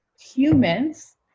humans